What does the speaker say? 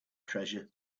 treasure